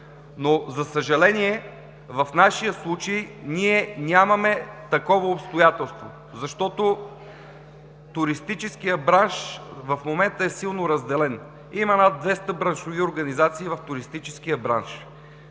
Но, за съжаление, в нашия случай ние нямаме такова обстоятелство, защото туристическият бранш в момента е силно разделен. Има над 200 браншови организации в туристическия бранш.